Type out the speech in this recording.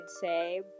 say